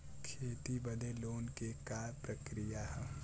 खेती बदे लोन के का प्रक्रिया ह?